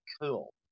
cool